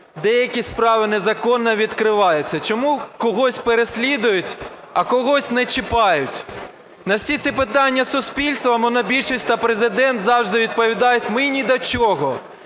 деякі справи незаконно відкриваються? Чому когось переслідують, а когось не чіпають? На всі ці питання суспільству монобільшість та Президент завжди відповідають: "ми ні до чого".